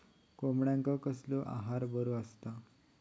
कोंबड्यांका कसलो आहार बरो असता?